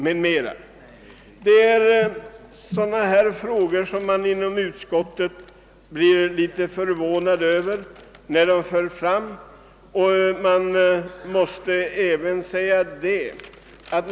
Man blir inom utskottet litet förvånad över att sådana här frågor tas upp.